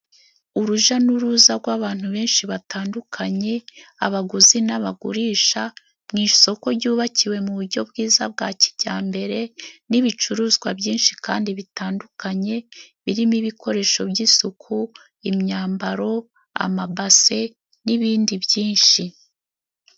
Urujya n'uruza rw'abantu benshi batandukanye abaguzi n'abagurisha, mu isoko ryubakiwe mu buryo bwiza bwa kijyambere, n'ibicuruzwa byinshi kandi bitandukanye birimo ibikoresho by'isuku, imyambaro, amabase n'ibindi byinshi.